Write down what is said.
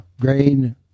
grain